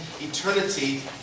eternity